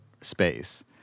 space